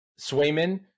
Swayman